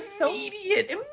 immediate